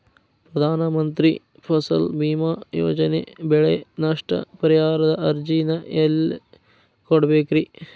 ಪ್ರಧಾನ ಮಂತ್ರಿ ಫಸಲ್ ಭೇಮಾ ಯೋಜನೆ ಬೆಳೆ ನಷ್ಟ ಪರಿಹಾರದ ಅರ್ಜಿನ ಎಲ್ಲೆ ಕೊಡ್ಬೇಕ್ರಿ?